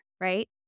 right